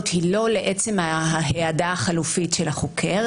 היא לא לעצם ההעדה החלופית של החוקר,